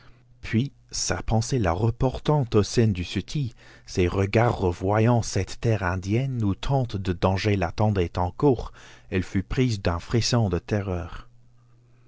puis sa pensée la reportant aux scènes du sutty ses regards revoyant cette terre indienne où tant de dangers l'attendaient encore elle fut prise d'un frisson de terreur